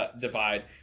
divide